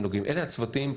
אלה הצוותים.